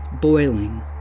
boiling